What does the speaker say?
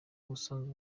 ubusanzwe